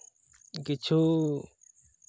ᱠᱤᱪᱷᱩ